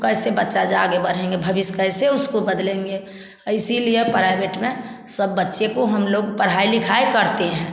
तो कैसे बच्चा जा आगे बढ़ेंगे भविष्य कैसे उसको बदलेंगे इसीलिए प्राइवेट में सब बच्चे को हम लोग पढ़ाई लिखाई करते हैं